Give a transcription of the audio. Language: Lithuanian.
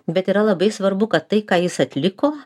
bet yra labai svarbu kad tai ką jis atliko